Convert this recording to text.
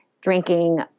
drinking